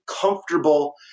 comfortable